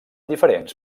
diferents